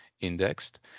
indexed